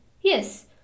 Yes